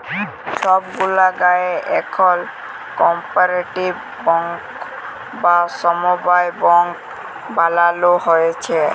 ছব গুলা গায়েঁ এখল কপারেটিভ ব্যাংক বা সমবায় ব্যাংক বালালো হ্যয়েছে